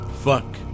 Fuck